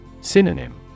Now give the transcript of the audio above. Synonym